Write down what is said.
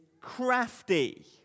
crafty